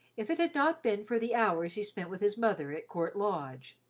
if it had not been for the hours he spent with his mother at court lodge.